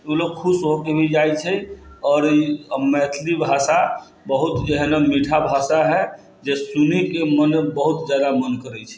उ लोग खुश हो के भी जाइ छै आओर मैथिली भाषा बहुत जे है ना मीठा भाषा है जे सुनैके मन बहुत जादा मन करै छै